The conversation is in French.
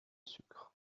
sucre